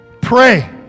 pray